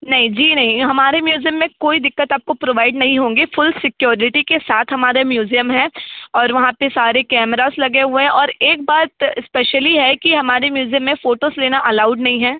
नहीं जी नहीं हमारे म्यूज़ियम में कोई दिक्कत आपको प्रोवाइड नहीं होंगी फुल सिक्योरिटी के साथ हमारा म्यूज़ियम है और वहां पर सारे कैमराज़ लगे हुए हैं और एक बात स्पेशिली है कि हमारे म्यूज़ियम में फोटोज़ लेना अलाउड नहीं है